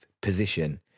position